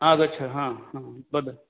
आगच्छ हा हा वद